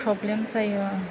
problem जायो